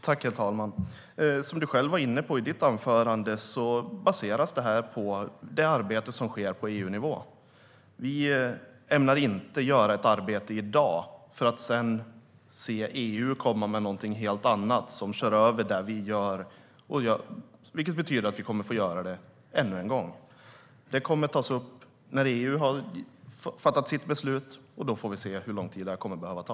Herr talman! Som Olle Felten själv var inne på i sitt anförande baseras det här på det arbete som sker på EU-nivå. Vi ämnar inte göra ett arbete i dag för att sedan se EU komma med någonting helt annat som kör över det vi gör, vilket skulle betyda att vi kommer att få göra det ännu en gång. Det kommer att tas upp när EU har fattat sitt beslut. Då får vi se hur lång tid det kommer att behöva ta.